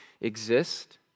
exist